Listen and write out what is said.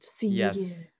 Yes